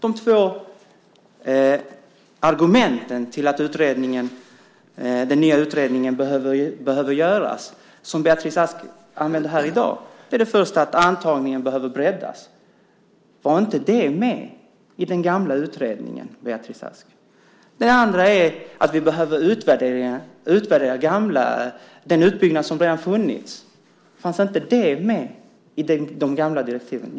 Beatrice Ask använder här i dag två argument för att den nya utredningen behöver göras. Det första är att antagningen behöver breddas. Var inte det med i den gamla utredningen, Beatrice Ask? Det andra är att vi behöver utvärdera den utbyggnad som redan har varit. Fanns inte det med i de gamla direktiven?